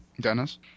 Dennis